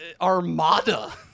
armada